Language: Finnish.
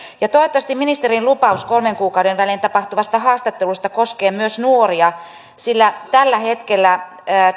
asian toivottavasti ministerin lupaus kolmen kuukauden välein tapahtuvasta haastattelusta koskee myös nuoria sillä tällä hetkellä